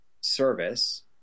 service